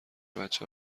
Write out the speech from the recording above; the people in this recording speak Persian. بچه